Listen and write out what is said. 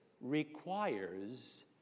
requires